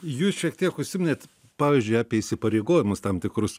jūs šiek tiek užsiminėt pavyzdžiui apie įsipareigojimus tam tikrus